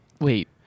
Wait